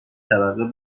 طبقه